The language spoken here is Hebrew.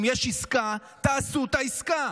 אם יש עסקה, תעשו את העסקה.